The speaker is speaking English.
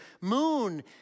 moon